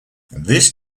this